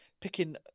Picking